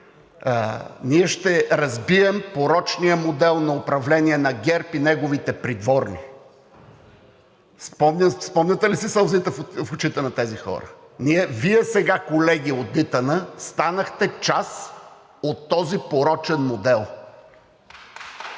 ние ще разбием порочния модел на управление на ГЕРБ и неговите придворни. Спомняте ли си сълзите в очите на тези хора? Вие сега, колеги от ИТН, станахте част от този порочен модел.